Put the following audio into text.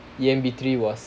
E_M_B three was